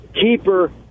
keeper